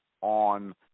on